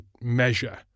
measure